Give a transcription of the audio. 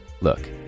look